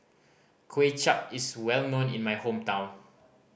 Kuay Chap is well known in my hometown